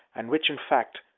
and which, in fact,